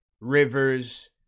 Rivers